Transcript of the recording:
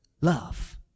love